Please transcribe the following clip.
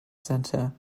center